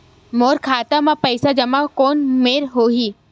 मोर खाता मा पईसा जमा कोन मेर होही?